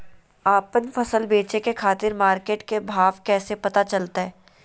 आपन फसल बेचे के खातिर मार्केट के भाव कैसे पता चलतय?